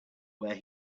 where